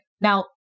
Now